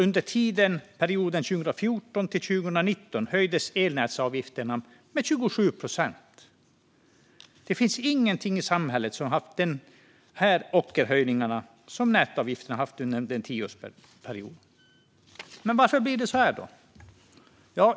Under perioden 2014 till 2019 höjdes elnätsavgifterna med 27 procent. Det finns ingenting i samhället som haft sådana ockerhöjningar som nätavgifterna under en tioårsperiod. Varför blir det då så här?